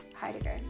Heidegger